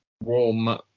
warm